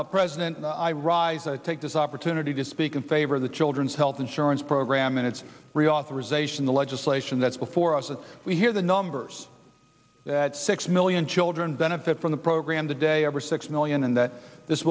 madam president i rise i take this opportunity to speak in favor of the children's health insurance program and its reauthorization the legislation that's before us that we hear the numbers that six million children benefit from the program today over six million and that this